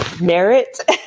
merit